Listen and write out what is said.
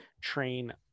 train